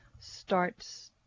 starts